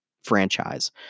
franchise